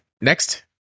next